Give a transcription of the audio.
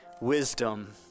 wisdom